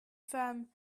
femme